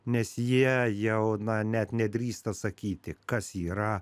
nes jie jau na net nedrįsta sakyti kas yra